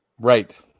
Right